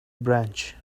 branch